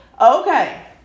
okay